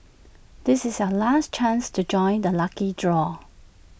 this is A last chance to join the lucky draw